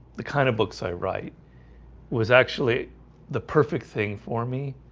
the kind of books i write was actually the perfect thing for me